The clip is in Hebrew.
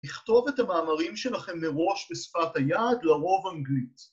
לכתוב את המאמרים שלכם מראש בשפת היד לרוב אנגלית